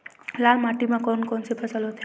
लाल माटी म कोन कौन से फसल होथे?